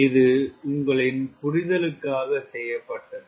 இது உங்களின் புரிதலுக்காக செய்யப்பட்டது